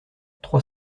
trois